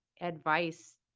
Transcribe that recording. advice